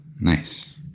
Nice